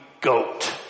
goat